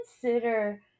consider